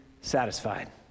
satisfied